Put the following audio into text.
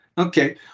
Okay